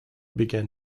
began